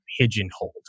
pigeonholed